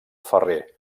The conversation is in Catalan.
ferrer